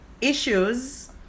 issues